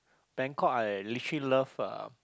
Bangkok I literally love uh